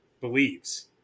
believes